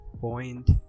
point